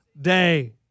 day